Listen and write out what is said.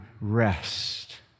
rest